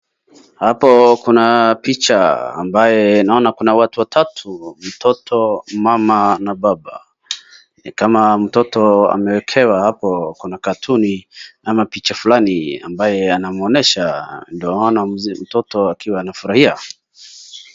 Hapo kuna picha ambaye naona kuna watu watatu, mtoto, mama na baba. Ni kama mtoto amewekewa hapo kuna katuni ama picha fulani ambaye anamwonyesha ndio naona mtoto akiwa anafurahia.